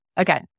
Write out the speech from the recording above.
okay